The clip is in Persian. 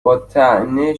باطعنه